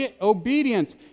obedience